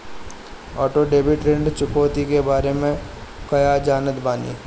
Auto debit ऋण चुकौती के बारे में कया जानत बानी?